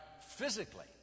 physically